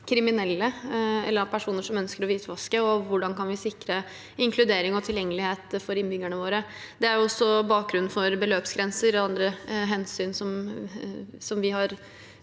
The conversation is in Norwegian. kriminelle eller av personer som ønsker å hvitvaske, og hvordan vi kan sikre inkludering og tilgjengelighet for innbyggerne våre. Det er også bakgrunnen for beløpsgrenser og andre hensyn vi har